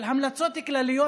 אבל המלצות כלליות,